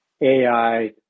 AI